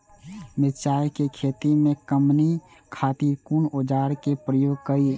मिरचाई के खेती में कमनी खातिर कुन औजार के प्रयोग करी?